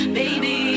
baby